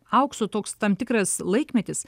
aukso toks tam tikras laikmetis